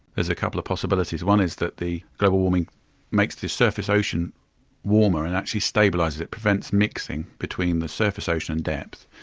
a couple of possibilities. one is that the global warming makes the surface ocean warmer and actually stabilises it, prevents mixing between the surface ocean and depth.